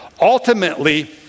Ultimately